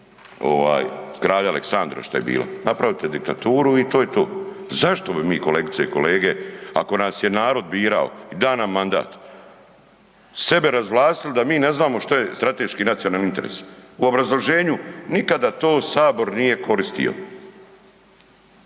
kraja Aleksandra što je bilo. Napravite diktaturu i to je to, zašto bi mi, kolegice i kolege ako nas je narod birao i da nam mandat, sebe razvlastili da mi ne znamo što je strateški nacionalni interes. U obrazloženju, nikada to Sabor nije koristio.